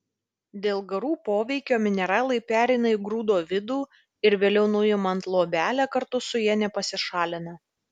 dėl garų poveikio mineralai pereina į grūdo vidų ir vėliau nuimant luobelę kartu su ja nepasišalina